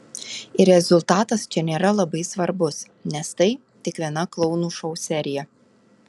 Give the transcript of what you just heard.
ir rezultatas čia nėra labai svarbus nes tai tik viena klounų šou serija